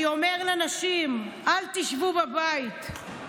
אני אומר לנשים: אל תשבו בבית,